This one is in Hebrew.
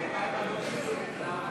סעיף 27,